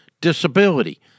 Disability